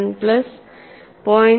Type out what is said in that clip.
1പ്ലസ് 0